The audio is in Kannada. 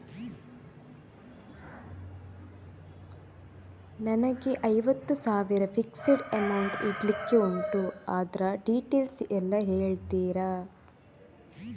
ನನಗೆ ಐವತ್ತು ಸಾವಿರ ಫಿಕ್ಸೆಡ್ ಅಮೌಂಟ್ ಇಡ್ಲಿಕ್ಕೆ ಉಂಟು ಅದ್ರ ಡೀಟೇಲ್ಸ್ ಎಲ್ಲಾ ಹೇಳ್ತೀರಾ?